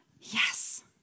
Yes